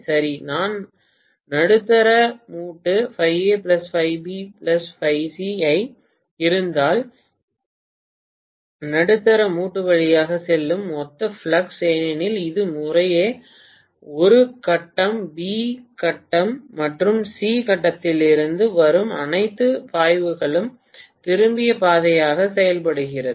சரி நான் நடுத்தர மூட்டு ஐ இருந்தால் நடுத்தர மூட்டு வழியாக செல்லும் மொத்த ஃப்ளக்ஸ் ஏனெனில் இது முறையே ஒரு கட்டம் பி கட்டம் மற்றும் சி கட்டத்திலிருந்து வரும் அனைத்து பாய்வுகளுக்கும் திரும்பிய பாதையாக செயல்படுகிறது